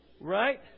Right